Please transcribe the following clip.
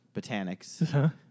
botanics